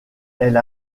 elle